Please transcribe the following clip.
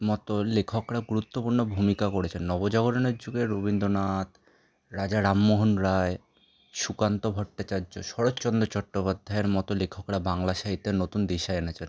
মতো লেখকরা গুরুত্বপূর্ণ ভূমিকা করেছেন নবজাগরণের যুগের রবীন্দ্রনাথ রাজা রামমোহন রায় সুকান্ত ভট্টাচার্য শরৎচন্দ্র চট্টোপাধ্যায়ের মতো লেখকরা বাংলা সাহিত্যের নতুন দিশা এনেছেন